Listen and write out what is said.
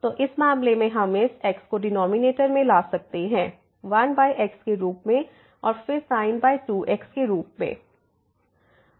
तो इस मामले में हम इस x को डिनॉमिनेटर में ला सकते हैं 1x के रूप में और फिर sin 2x के